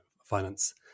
finance